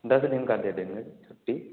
दस दिन की दे देंगे छुट्टी